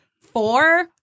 four